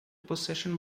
possession